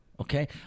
okay